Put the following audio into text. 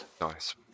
Nice